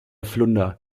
flunder